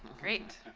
great.